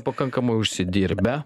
pakankamai užsidirbę